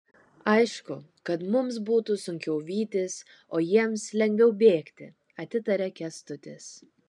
aišku kad mums būtų sunkiau vytis o jiems lengviau bėgti atitaria kęstutis